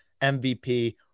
MVP